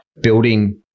building